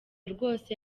rwose